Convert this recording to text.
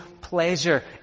pleasure